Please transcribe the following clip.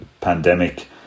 pandemic